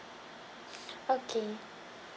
okay